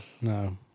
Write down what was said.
No